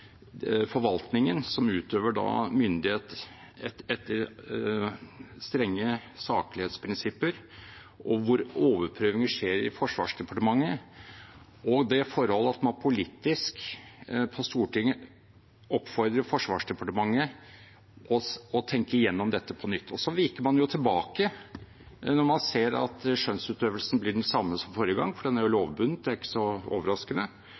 forvaltningen, som utøver myndighet etter strenge saklighetsprinsipper – hvor overprøvingen skjer i Forsvarsdepartementet, og det forholdet at man politisk, på Stortinget, oppfordrer Forsvarsdepartementet til å tenke igjennom dette på nytt. Så viker man tilbake når man ser at skjønnsutøvelsen blir den samme som forrige gang – for den er lovbundet, så det er ikke så overraskende.